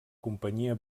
companyia